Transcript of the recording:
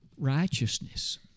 Righteousness